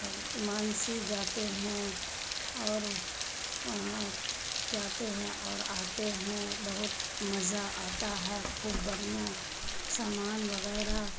مانسی جاتے ہیں اور وہاں جاتے ہیں اور آتے ہیں بہت مزہ آتا ہے خوب بڑھیاں سامان وغیرہ